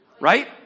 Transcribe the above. Right